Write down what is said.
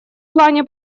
плане